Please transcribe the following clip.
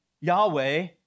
Yahweh